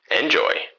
enjoy